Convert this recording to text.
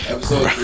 Episode